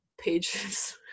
pages